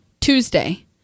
Tuesday